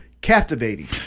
captivating